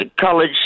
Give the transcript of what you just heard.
College